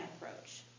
approach